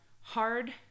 hard